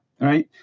right